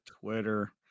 Twitter